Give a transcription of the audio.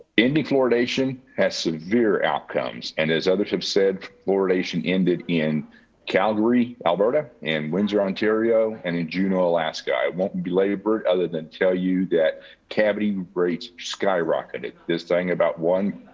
indie fluoridation has severe outcomes. and as others have said, fluoridation ended in calgary, alberta, and windsor, ontario and in juneau, alaska. i won't be ladybird other than tell you that cavity rates skyrocketed. this thing about one,